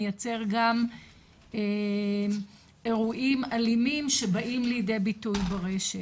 מייצר גם אירועים אלימים שבאים ליידי ביטוי ברשת,